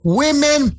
women